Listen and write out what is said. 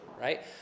right